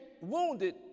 wounded